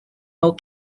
nhw